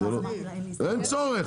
לא, אין צורך.